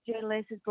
journalists